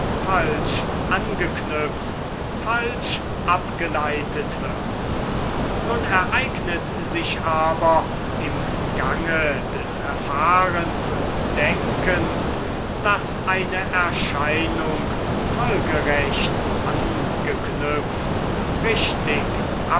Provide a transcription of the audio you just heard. falsch angeknüpft falsch abgeleitet wird nun ereignet sich aber im gange des erfahrens und denkens daß eine erscheinung folgerecht angeknüpft richtig